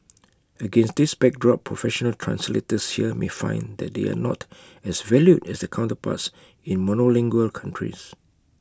against this backdrop professional translators here may find that they are not as valued as their counterparts in monolingual countries